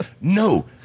No